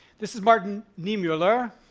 this is martin niemoller.